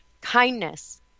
Kindness